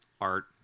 art